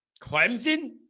Clemson